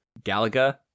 Galaga